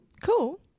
cool